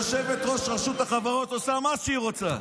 יושבת-ראש רשות החברות עושה מה שהיא רוצה.